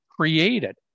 created